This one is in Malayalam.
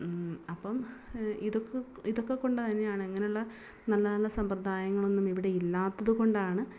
അപ്പം ഇതൊക്ക് ഇതൊക്കെ കൊണ്ടു തന്നെയാണ് ഇങ്ങനെയുള്ള നല്ല നല്ല സമ്പ്രദായങ്ങളൊന്നും ഇവിടെ ഇല്ലാത്തതു കൊണ്ടാണ്